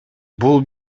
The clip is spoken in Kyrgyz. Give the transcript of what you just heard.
бул